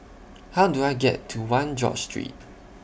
How Do I get to one George Street